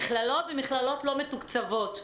מכללות ומכללות לא מתוקצבות.